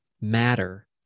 matter